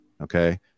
Okay